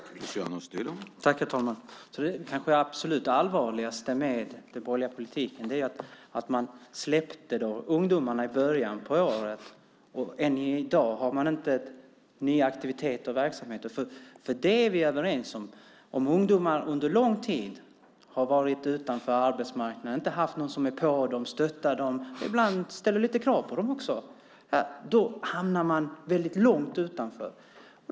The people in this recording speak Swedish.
Herr talman! Det kanske absolut allvarligaste med den borgerliga politiken är att man släppte ungdomarna i början på året och än i dag inte har nya aktiviteter och verksamheter. Det är vi överens om: Om ungdomar under lång tid har varit utanför arbetsmarknaden, inte haft någon som är på dem och stöttar dem och ibland också ställer lite krav på dem, hamnar de väldigt långt utanför.